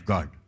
God